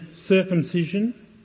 circumcision